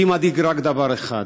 אותי מדאיג רק דבר אחד: